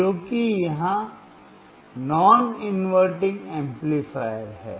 क्योंकि यह non inverting amplifier है